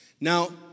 Now